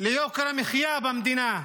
ליוקר המחיה במדינה,